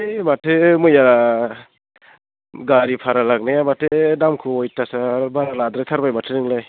है माथो मैया गारि भारा लांनाया माथो दामखौ अयथासार बारा लाद्राय थारबाय माथो नोंलाय